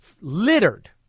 Littered